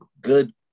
good